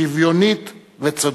שוויונית וצודקת.